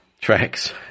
Tracks